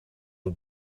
het